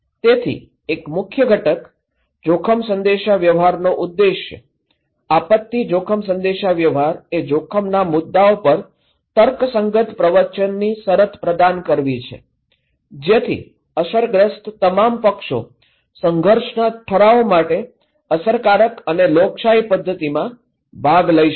તેથી એક મુખ્ય ઘટક જોખમ સંદેશાવ્યવહારનો ઉદ્દેશ આપત્તિ જોખમ સંદેશાવ્યવહાર એ જોખમના મુદ્દાઓ પર તર્કસંગત પ્રવચનની શરત પ્રદાન કરવી છે જેથી અસરગ્રસ્ત તમામ પક્ષો સંઘર્ષના ઠરાવો માટે અસરકારક અને લોકશાહી પદ્ધતિમાં ભાગ લઈ શકે